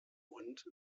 und